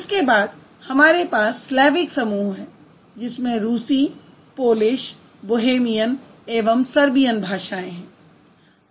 इसके बाद हमारे पास स्लैविक समूह है जिसमें रूसी पोलिश बोहेमियन एवं सर्बियन भाषाएँ हैं